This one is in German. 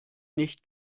nicht